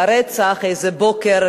על רצח באיזה בוקר,